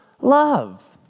love